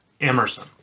Emerson